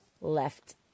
left-